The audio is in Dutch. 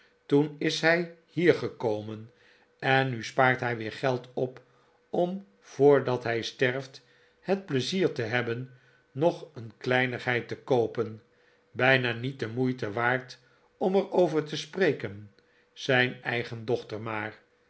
toen is hij hier gekomen en nu spaart hij weer geld op om voordat hij sterft het pleizier te hebben nog een kleinigheid te koopen bijna niet de moeite waard om er over te spreken zijn eigen dochter maar